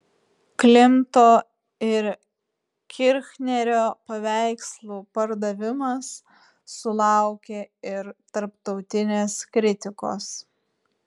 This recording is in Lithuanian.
klimto ir kirchnerio paveikslų pardavimas sulaukė ir tarptautinės kritikos